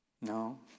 No